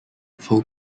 full